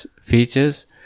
features